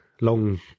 long